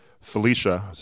Felicia